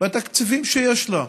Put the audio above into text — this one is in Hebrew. בתקציבים שיש לה.